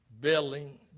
building